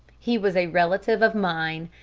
he was a relative of mine.